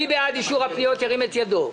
מי בעד אישור הפניות, ירים את ידו.